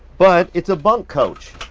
but it's a bunk coach,